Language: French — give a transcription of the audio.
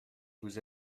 vous